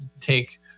take